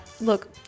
look